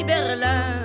Berlin